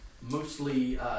mostly